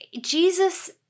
Jesus